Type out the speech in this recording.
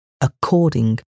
according